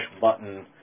button